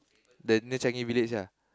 the near Changi-Village ah